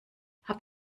habt